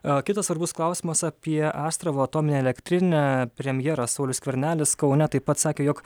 o kitas svarbus klausimas apie astravo atominę elektrinę premjeras saulius skvernelis kaune taip pat sakė jog